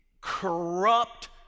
corrupt